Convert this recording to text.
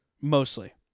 Mostly